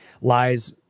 lies